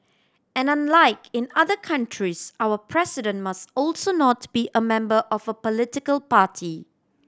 and unlike in other countries our President must also not be a member of a political party